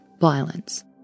violence